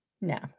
no